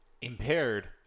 impaired